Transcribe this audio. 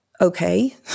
okay